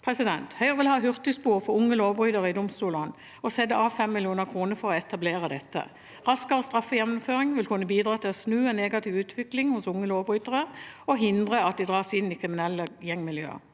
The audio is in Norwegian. fra før. Høyre vil ha hurtigspor for unge lovbrytere i domstolene og setter av 5 mill. kr for å etablere dette. Raskere straffegjennomføring vil kunne bidra til å snu en negativ utvikling hos unge lovbrytere og hindre at de dras inn i kriminelle gjengmiljøer.